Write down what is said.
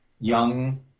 young